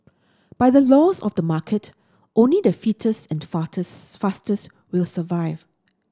by the laws of the market only the fittest and fastest will survive